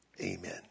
amen